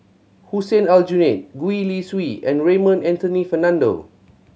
Hussein Aljunied Gwee Li Sui and Raymond Anthony Fernando